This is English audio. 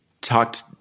talked